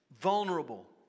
vulnerable